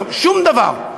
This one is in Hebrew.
שום דבר.